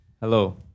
Hello